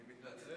אני מתנצל.